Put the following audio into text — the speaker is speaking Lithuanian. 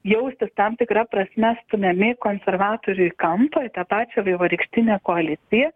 jaustis tam tikra prasme stumiami konservatorių į kampą į tą pačią vaivorykštinę koaliciją